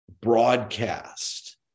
broadcast